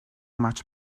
much